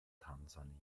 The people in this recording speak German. tansania